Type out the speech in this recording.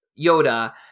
yoda